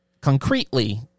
Concretely